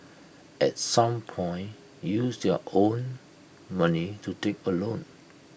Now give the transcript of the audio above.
at some point use their own money to take A loan